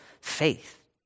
faith